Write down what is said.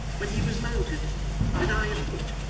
when he was mounted and i afoot,